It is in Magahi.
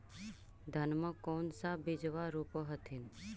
धनमा कौन सा बिजबा रोप हखिन?